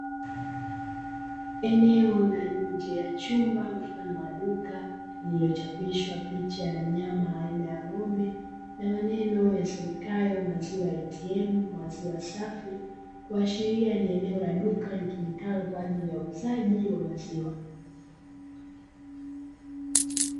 Eneo la nje ya chumba mfano wa duka lililochapishwa picha ya mnyama aina ya ng'ombe na maneno yasomekayo maziwa “ATM”, maziwa safi kuashiria ni eneo la duka litumikalo kwa ajili ya uuzaji wa maziwa.